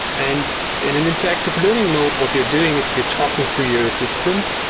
and in an interactive learning mode, what you're doing is you're talking to your assistant,